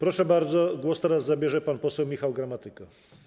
Proszę bardzo, głos teraz zabierze pan poseł Michał Gramatyka.